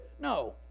No